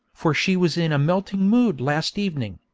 for she was in a melting mood last evening,